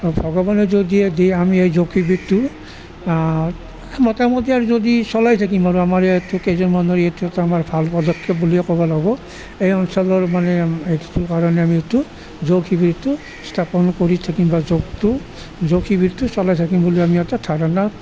আৰু ভগৱানে যদি দিয়ে আমি এই যোগবিধটো মোটামুটি আৰু যদি চলাই থাকিম আৰু আমাৰ ইয়াততো কেইজনমান আমাৰ ভাল পদক্ষেপ বুলিয়ে ক'ব লাগিব এই অঞ্চলৰ মানে কাৰণে আমি এইটো যোগ শিবিৰটো স্থাপন কৰি থাকিম বা যোগটো যোগ শিবিৰটো চলাই থাকিম বুলি আমি এটা ধাৰণা